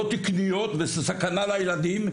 לא תקניות וסכנה לילדים,